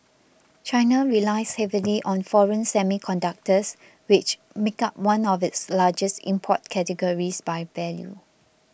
China relies heavily on foreign semiconductors which make up one of its largest import categories by value